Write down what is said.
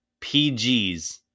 PGs